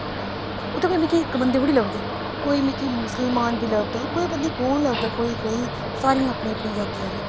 उत्थै कोई मिकी इक बंदा थोह्ड़ी लभदे कोई मिकी मुसलमान बी लभदा कोई पता नेई कुन लभदा कोई कोई सारी अपनी अपनी जाति आहले